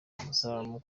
amasanamu